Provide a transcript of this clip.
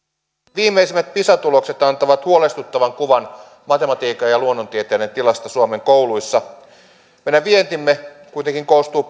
viimeisimmät pisa tulokset antavat huolestuttavan kuvan matematiikan ja luonnontieteiden tilasta suomen kouluissa meidän vientimme kuitenkin koostuu